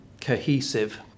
cohesive